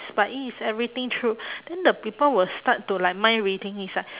but it is everything true then the people will start to like mind reading it's like